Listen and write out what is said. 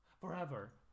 Forever